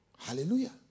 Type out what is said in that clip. Hallelujah